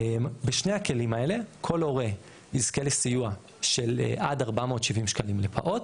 בשני הכלים האלה כל הורה יזכה לסיוע של עד 470 ש"ח לפעוט,